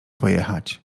pojechać